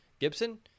Gibson